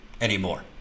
anymore